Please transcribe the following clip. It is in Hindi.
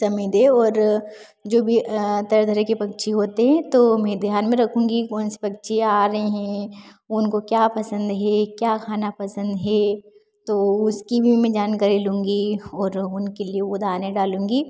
समय दे और जो भी तरह तरह के पक्षी होते हैं तो मै ध्यान में रखूँगी कौन सी पक्षी आ रहे हैं उनको क्या पसंद है क्या खाना पसंद है तो उसकी भी मैं जानकारी लूँगी और उनके लिए वह दाने डालूँगी